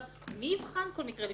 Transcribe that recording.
מי יבחן כל מקרה לגופו?